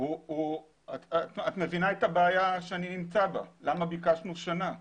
את מבינה את הבעיה שאני נמצא בה, למה ביקשנו שנה?